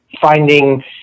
finding